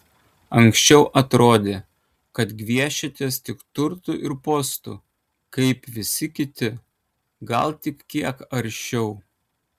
anksčiau atrodė kad gviešiatės tik turtų ir postų kaip visi kiti gal tik kiek aršiau